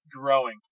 growing